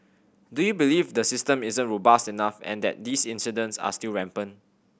do you believe the system isn't robust enough and that these incidents are still rampant